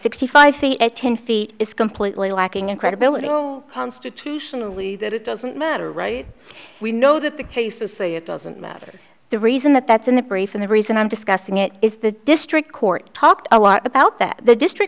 sixty five feet at ten feet is completely lacking in credibility constitutionally that it doesn't matter right we know that the case is say it doesn't matter the reason that that's in the brief and the reason i'm discussing it is the district court talked a lot about that the district